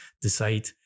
decide